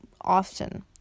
often